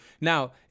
Now